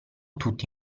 tutti